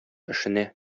эшенә